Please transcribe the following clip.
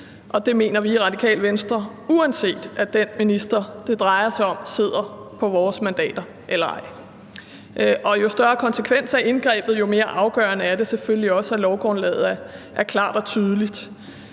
det mener vi i Det Radikale Venstre, uanset om den minister, det drejer sig om, sidder på vores mandater eller ej. Og jo større konsekvens af indgrebet, jo mere afgørende er det selvfølgelig også, at lovgrundlaget er klart og tydeligt.